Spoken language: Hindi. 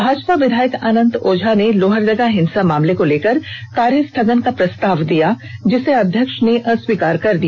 भाजपा विधायक अनंत ओझा ने लोहरदगा हिंसा मामले को लेकर कार्यस्थगन का प्रस्ताव दिया जिसे अध्यक्ष ने अस्वीकार कर दिया